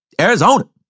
Arizona